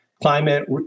Climate